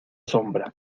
sombra